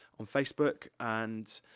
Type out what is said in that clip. on facebook, and,